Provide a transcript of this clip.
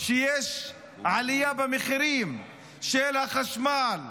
שיש עלייה במחירים של החשמל,